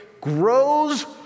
grows